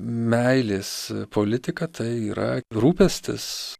meilės politika tai yra rūpestis